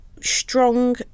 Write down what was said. strong